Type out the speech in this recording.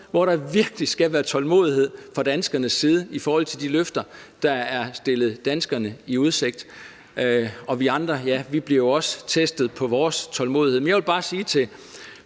hvor der virkelig skal være tålmodighed fra danskernes side i forhold til de løfter, hvis indfrielse er stillet danskerne i udsigt. Og os andre? Ja, vi bliver jo også testet på vores tålmodighed. Men jeg vil bare sige til